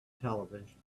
television